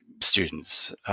students